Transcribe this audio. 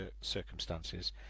circumstances